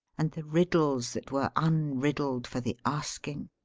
and the riddles that were unriddled for the asking!